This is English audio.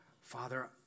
Father